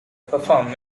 performed